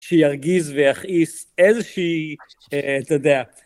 שירגיז ויכעיס איזה שהיא, אתה יודע.